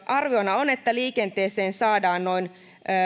arviona on että liikenteeseen saadaan noin